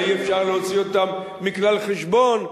אבל אי-אפשר להוציא אותם מכלל חשבון,